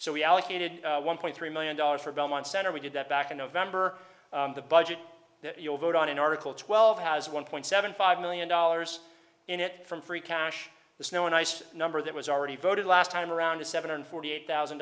so we allocated one point three million dollars for belmont center we did that back in november the budget that you'll vote on in article twelve has one point seven five million dollars in it from free cash the snow and ice number that was already voted last time around seven hundred forty eight thousand